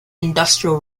industrial